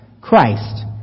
Christ